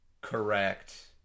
correct